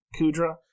Kudra